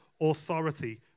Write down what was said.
authority